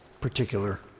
particular